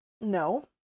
no